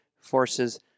forces